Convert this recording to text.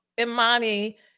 Imani